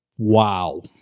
Wow